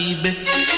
baby